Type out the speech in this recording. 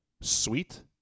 sweet